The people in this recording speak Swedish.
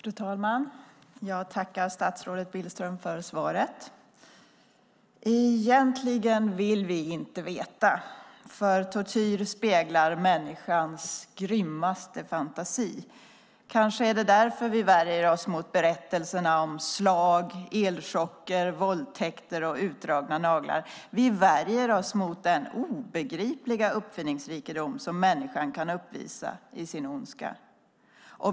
Fru talman! Jag tackar statsrådet Billström för svaret. Egentligen vill vi inte veta, för tortyr speglar människans grymmaste fantasi. Kanske är det därför vi värjer oss mot berättelserna om slag, elchocker, våldtäkter och utdragna naglar. Vi värjer oss mot den obegripliga uppfinningsrikedom som människan kan uppvisa i sin ondska.